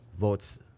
votes